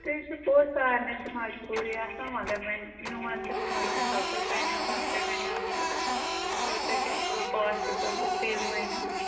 تے چھُ پوٚز سارنی چھِ مَجبوٗری آسان مگر وۄنۍ میون تہِ سوٗنٛچزِہَو تُہۍ تۄہے مےٚ اوترَے وَنیاوٕ ییٚلہِ تۄہہِ گَژھِوٕ پاسِبٕل تہٕ تیٚلہِ ؤنِو